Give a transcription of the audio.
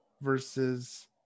versus